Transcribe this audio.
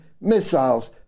Missiles